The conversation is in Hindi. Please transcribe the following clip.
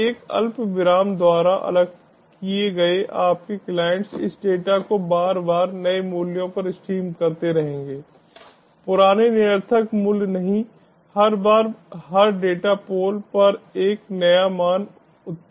तो एक अल्पविराम द्वारा अलग किए गए आपके क्लाइंट् इस डेटा को बार बार नए मूल्यों पर स्ट्रीम करते रहेंगे पुराने निरर्थक मूल्य नहीं हर बार हर डेटा पोल पर यह एक नया मान उत्पन्न करेगा